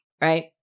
right